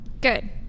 Good